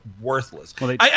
worthless